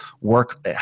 work